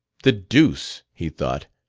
the deuce! he thought.